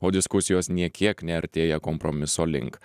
o diskusijos nei kiek neartėja kompromiso link